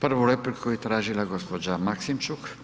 Prvu repliku je tražila gospođa Maksimčuk.